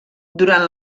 durant